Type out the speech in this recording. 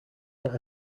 zijn